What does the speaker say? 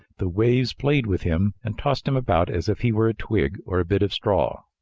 the waves played with him and tossed him about as if he were a twig or a bit of straw.